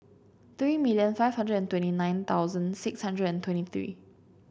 three million five hundred and twenty nine thousand six hundred and twenty three